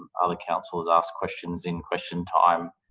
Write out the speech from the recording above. other councillors asked questions in question time.